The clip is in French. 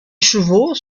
chevaux